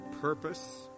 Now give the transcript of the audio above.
purpose